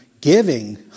giving